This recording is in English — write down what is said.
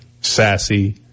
Sassy